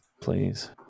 please